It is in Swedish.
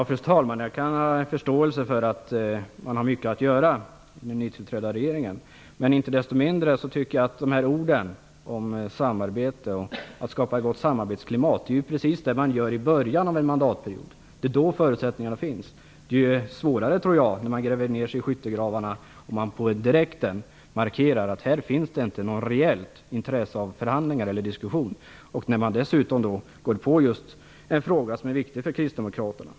Fru talman! Jag kan ha förståelse för att det finns mycket att göra för den nytillträdda regeringen. Men icke desto mindre är orden om att skapa ett gott samarbetsklimat precis det som skall göras i början av en mandatperiod. Det är då förutsättningarna finns. Det blir svårare när man gräver ned sig i skyttegravarna och direkt markerar att det inte finns ett reellt intresse för förhandlingar eller diskussion. Det gäller speciellt när man går på en fråga som är viktig för kristdemokraterna.